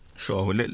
Sure